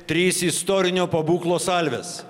trys istorinio pabūklo salvės